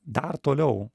dar toliau